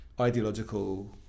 ideological